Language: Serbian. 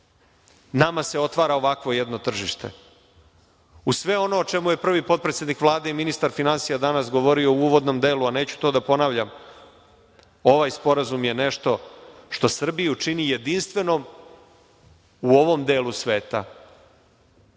nama se otvara ovakvo jedno tržište. Uz sve ono o čemu je prvi potpredsednik Vlade i ministar finansija danas govorio u uvodnom delu, neću to da ponavljam, ovaj sporazum je nešto što Srbiju čini jedinstvenom u ovom delu sveta. Ovde